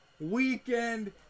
weekend